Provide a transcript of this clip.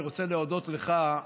אני רוצה להודות לך,